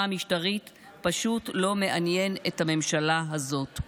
המשטרית פשוט לא מעניין את הממשלה הזאת.